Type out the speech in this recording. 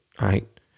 right